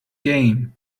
game